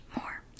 more